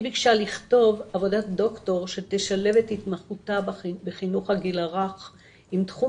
ביקשה לכתוב עבודת דוקטור שתשלב את התמחותה בחינוך הגיל הרך עם תחום